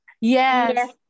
yes